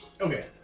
Okay